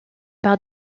par